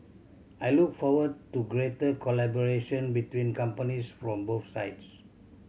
I look forward to greater collaboration between companies from both sides